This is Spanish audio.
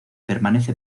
permanece